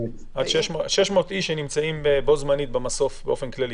כלומר 600 אנשים שנמצאים בו-זמנית במסוף באופן כללי?